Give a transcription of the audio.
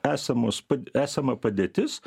esamos pa esama padėtis